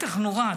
מתח נורא,